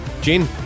Gene